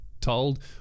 told